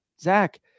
Zach